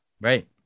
Right